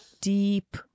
deep